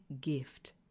gift